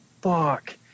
fuck